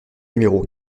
numéro